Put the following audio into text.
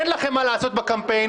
אין לכם מה לעשות בקמפיין.